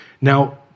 now